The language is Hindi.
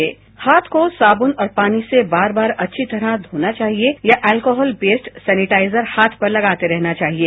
उसके हाथ को साबून और पानी से बार बार अच्छी तरह हाथ धोने चाहिए या अल्कोहल बेस्ड सेनीटाइजर हाथ पर लगाते रहना चाहिए